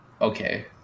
okay